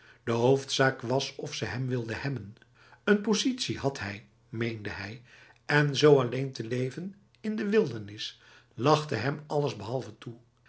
de hoofdzaak was of ze hem wilde hebben een positie had hij meende hij en zo alleen te leven in de wildernis lachte hem allesbehalve toe